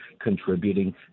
contributing